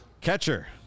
Catcher